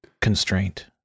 constraint